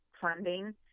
funding